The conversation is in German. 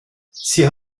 sie